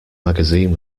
magazine